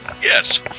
yes